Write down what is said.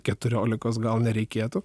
keturiolikos gal nereikėtų